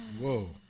Whoa